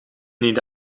niet